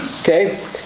Okay